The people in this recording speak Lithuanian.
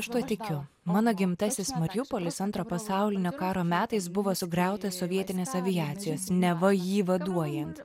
aš tuo tikiu mano gimtasis mariupolis antro pasaulinio karo metais buvo sugriautas sovietinės aviacijos neva jį vaduojant